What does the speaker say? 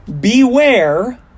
beware